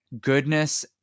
goodness